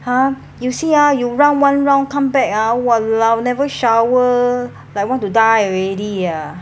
!huh! you see ah you run one round come back ah !walao! never shower like want to die already ah